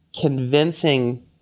convincing